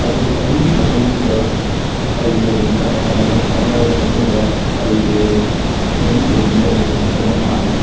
ꯑꯗꯨꯗ ꯑꯗꯨꯒꯤ ꯃꯇꯨꯡꯗ ꯑꯩꯁꯦ ꯑꯗꯨꯝ ꯀꯟꯅ ꯍꯣꯠꯅꯔꯦ ꯍꯣꯠꯅꯔꯕ ꯃꯇꯨꯡꯗ ꯑꯩꯁꯦ ꯇ꯭ꯋꯦꯟꯇꯤ ꯇ꯭ꯋꯦꯟꯇꯤꯗ ꯑꯃꯨꯛ ꯌꯥꯝ ꯀꯟꯅ ꯅꯥꯔꯨꯏ